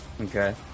Okay